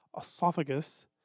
esophagus